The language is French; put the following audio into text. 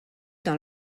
dans